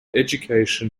education